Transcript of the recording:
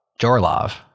Jorlov